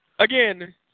Again